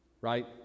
Right